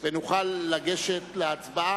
ונוכל לגשת להצבעה,